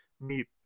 meet